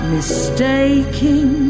Mistaking